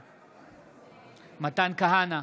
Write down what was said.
בעד מתן כהנא,